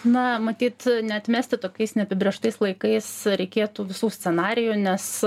na matyt neatmesti tokiais neapibrėžtais laikais reikėtų visų scenarijų nes